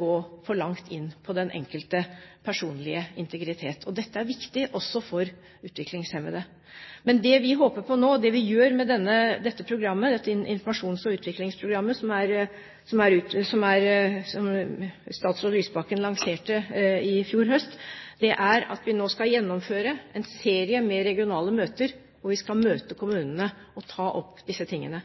gå for langt inn på den enkeltes personlige integritet. Dette er viktig også for utviklingshemmede. Men det vi håper på nå, det vi nå gjør med dette informasjons- og utviklingsprogrammet som statsråd Lysbakken lanserte i fjor høst, er at vi skal gjennomføre en serie med regionale møter, og vi skal møte kommunene og ta opp disse tingene.